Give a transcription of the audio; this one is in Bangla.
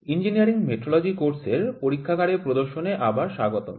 ইঞ্জিনিয়ারিং মেট্রোলজি কোর্সের পরীক্ষাগারে প্রদর্শনে আবার স্বাগতম